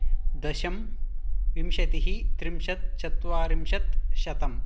दश विंशतिः त्रिंशत् चत्वारिंशत् शतम्